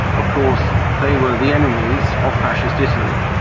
of course they were the enemies of fascist italy.